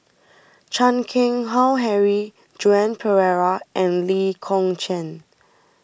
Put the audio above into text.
Chan Keng Howe Harry Joan Pereira and Lee Kong Chian